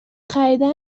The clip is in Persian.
خریدن